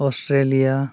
Australia